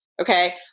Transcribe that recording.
Okay